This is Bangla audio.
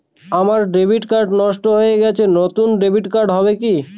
আমার ডেবিট কার্ড নষ্ট হয়ে গেছে নূতন ডেবিট কার্ড হবে কি?